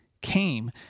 came